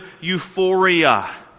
euphoria